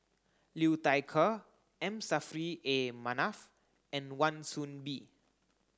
Liu Thai Ker M Saffri A Manaf and Wan Soon Bee